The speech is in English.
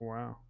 Wow